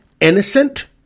innocent